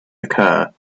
occur